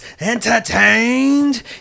entertained